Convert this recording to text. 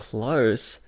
Close